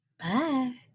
Bye